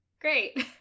Great